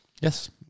Yes